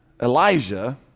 Elijah